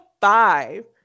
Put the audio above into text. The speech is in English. five